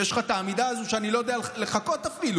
ויש לך את העמידה הזאת שאני לא יודע לחקות אפילו,